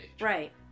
Right